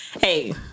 hey